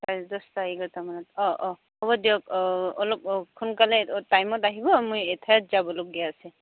চাৰে দহটা এঘাৰটামানত অঁ অঁ হ'ব দিয়ক অঁ অলপ সোনকালে টাইমত আহিব মই এঠাইত যাবলগীয়া আছে